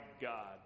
God